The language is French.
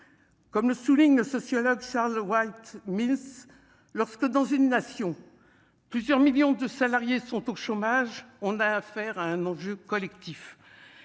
comme le souligne le sociologue Charles Wright Mills lorsque dans une nation plusieurs millions de salariés sont au chômage, on a affaire à un enjeu collectif